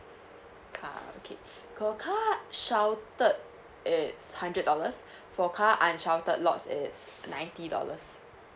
car okay for car sheltered it's hundred dollars for car unsheltered lots it's ninety dollars